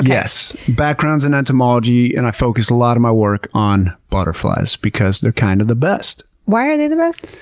yes. background's in entomology and i focus a lot of my work on butterflies because they're kind of the best. why are they the best?